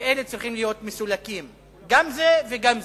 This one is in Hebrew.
ואלה צריכים להיות מסולקים גם זה וגם זה.